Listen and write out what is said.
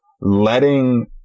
letting